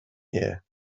year